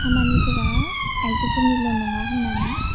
खामानिफोरा आइजोफोरनिल' नङा होन्नानै